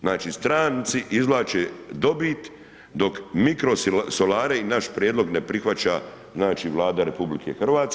Znači, stranci izvlače dobit, dok mikrosolare i naš prijedlog ne prihvaća, znači, Vlada RH.